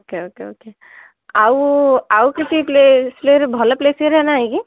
okay okay okay ଆଉ ଆଉ କିଛି ପ୍ଲେ ପ୍ଲେରେ ଭଲ ପ୍ଲେସ୍ ଏରିଆ ନାହିଁ କି